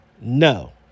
No